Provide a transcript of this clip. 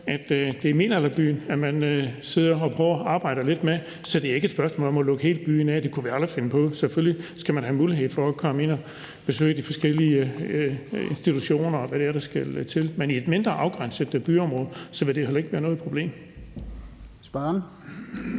det er middelalderbyen, man sidder og prøver at arbejde lidt med. Så det er ikke et spørgsmål om at lukke hele byen af. Det kunne vi aldrig finde på, og selvfølgelig skal man have en mulighed for at komme ind og besøge de forskellige institutioner, og hvad der ellers skal til. Men inden for et mindre, afgrænset byområde vil det heller ikke være noget problem. Kl.